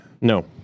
No